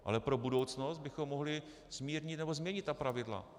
Ale pro budoucnost bychom mohli zmírnit nebo změnit ta pravidla.